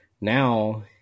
Now